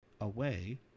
away